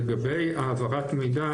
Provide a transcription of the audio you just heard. לגבי העברת מידע